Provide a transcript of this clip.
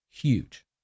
Huge